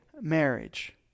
marriage